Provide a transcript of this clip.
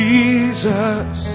Jesus